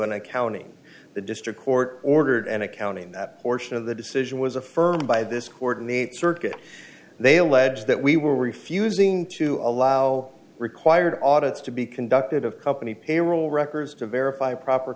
an accounting the district court ordered and accounting that portion of the decision was affirmed by this court in the circuit they allege that we were refusing to allow required audits to be conducted of company payroll records to verify proper